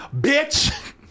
Bitch